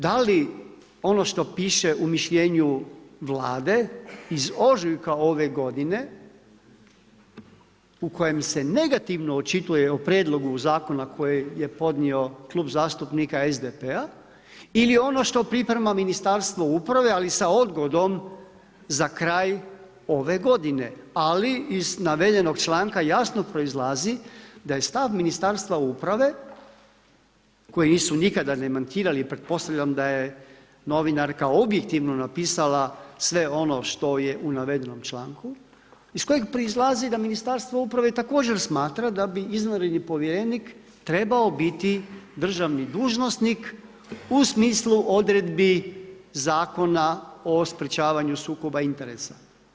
Da li ono što piše u mišljenju Vlade iz ožujka ove godine u kojem se negativno očituje o prijedlogu zakona koji je podnio Klub zastupnika SDP-a? ili ono što priprema Ministarstvo uprave, ali sa odgodom za kraj ove godine, ali iz navedenog članka jasno proizlazi da je stav Ministarstva uprave, koji nisu nikada demantirali, pretpostavljam da je novinarka objektivno napisala sve ono što je u navedenom članku, iz kojeg proizlazi da Ministarstvo uprave također smatra da bi izvanredni povjerenik trebao biti državni dužnosnik u smislu odredbi Zakona o sprečavanju sukoba interesa.